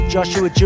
Joshua